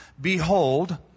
Behold